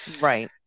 right